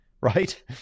right